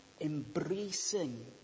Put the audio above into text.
embracing